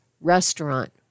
restaurant